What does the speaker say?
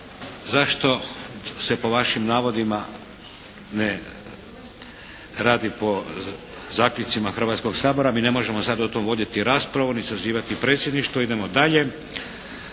zašto se po vašim navodima ne radi po zaključcima Hrvatskog sabora. Mi ne možemo sad o tom voditi raspravu ni sazivati predsjedništvo. Idemo dalje.